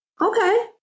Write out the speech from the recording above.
Okay